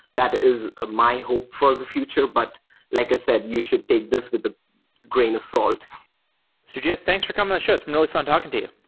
that is ah my hope for the future. but like i said, you should take this with a grain of salt sujith, thanks for coming on the show. it's been really fun talking to you.